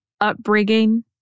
upbringing